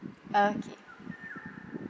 okay